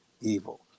evil